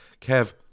Kev